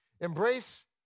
Embrace